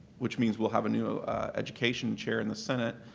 which means we'll have a new education chair in the senate,